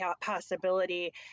possibility